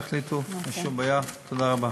תודה רבה.